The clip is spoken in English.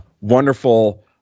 wonderful